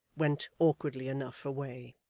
went, awkwardly enough, away.